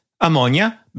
ammonia